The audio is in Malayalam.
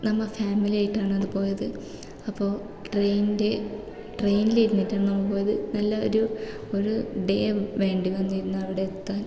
നമ്മൾ ഫാമിലി ആയിട്ടാണ് അത് പോയത് അപ്പോൾ ട്രെയ്നിൻ്റെ ട്രെയ്നിൽ ഇരുന്നിട്ട് നമ്മൾ പോയത് നല്ല ഒരു ഒരു ഡേ വേണ്ടി വന്നു ഇരുന്ന് അവിടെ എത്താൻ